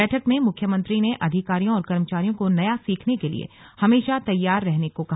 बैठक में मुख्यमंत्री ने अधिकारियों और कर्मचारियों को नया सीखने के लिए हमेशा तैयार रहने को कहा